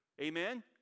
Amen